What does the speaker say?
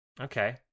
Okay